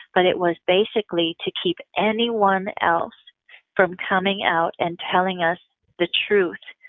but it was basically to keep anyone else from coming out and telling us the truth,